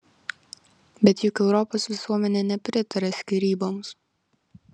bet juk europos visuomenė nepritaria skyryboms